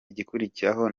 igikurikiraho